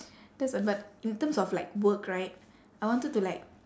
that's a but in terms of like work right I wanted to like